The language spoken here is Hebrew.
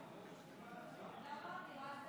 לך חוק, גם ממורמרת?